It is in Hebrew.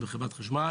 בבקשה.